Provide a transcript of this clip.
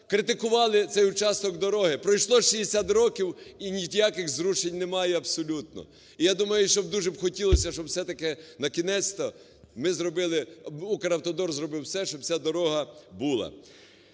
критикували цей участок дороги. Пройшло 60 років – і ніяких зрушень немає абсолютно. І я думаю, що дуже б хотілося, щоб все-таки, накінець-то, ми зробили, "Укравтодор" зробив все, щоб ця дорога була.